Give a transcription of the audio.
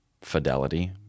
fidelity